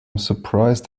surprised